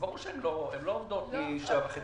הן לא עובדות מ-7:30